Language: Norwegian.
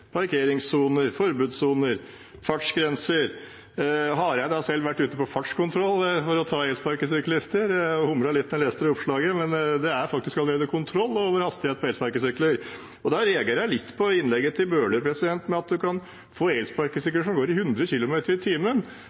parkeringssoner, forbudssoner, fartsgrenser. Statsråd Hareide har selv vært ute på fartskontroll for å ta elsparkesyklister. Jeg humret litt da jeg leste det oppslaget, men det er faktisk allerede kontroll med hastigheten på elsparkesykler. Da reagerer jeg litt på innlegget til Bøhler om at man kan få elsparkesykler som går i 100 km/t.